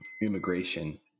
immigration